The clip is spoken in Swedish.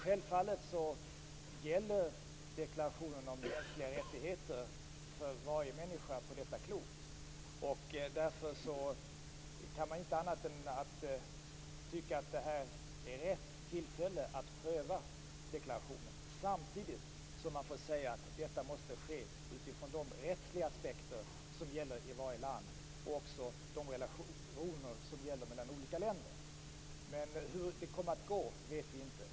Självfallet gäller deklarationen om mänskliga rättigheter för varje människa på detta klot. Därför kan man inte tycka annat än att det är rätt tillfälle att pröva deklarationen. Samtidigt måste det ske från de rättsliga aspekter som gäller i varje land och de relationer som gäller mellan olika länder. Hur det kommer att gå vet vi inte.